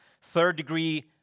third-degree